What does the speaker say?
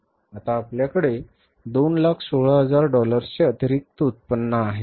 आता आपल्याकडे 216000 डॉलर्सचे अतिरिक्त उत्पन्न आहे